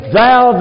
thou